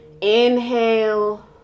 inhale